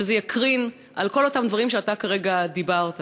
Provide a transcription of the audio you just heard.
וזה יקרין על כל אותם דברים שאתה כרגע דיברת עליהם.